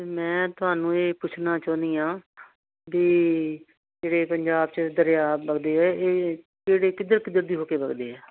ਅਤੇ ਮੈਂ ਤੁਹਾਨੂੰ ਇਹ ਪੁੱਛਣਾ ਚਾਹੁੰਦੀ ਹਾਂ ਵੀ ਜਿਹੜੇ ਪੰਜਾਬ 'ਚ ਦਰਿਆ ਵਗਦੇ ਆ ਇਹ ਕਿਹੜੇ ਕਿੱਧਰ ਕਿੱਧਰ ਦੀ ਹੋ ਕੇ ਵਗਦੇ ਹੈ